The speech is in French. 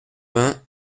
vingt